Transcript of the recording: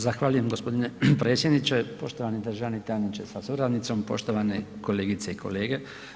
Zahvaljujem gospodine predsjedniče, poštovani državni tajniče sa suradnicom, poštovane kolegice i kolege.